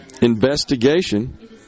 investigation